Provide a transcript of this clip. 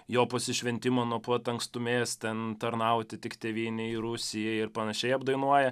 jo pasišventimą nuo pat ankstumės ten tarnauti tik tėvynei rusijai ir panašiai apdainuoja